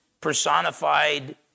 personified